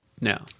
No